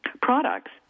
products